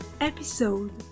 episode